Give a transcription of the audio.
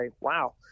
wow